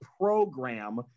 program